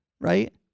right